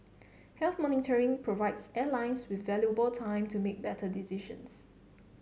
health monitoring provides airlines with valuable time to make better decisions